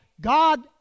God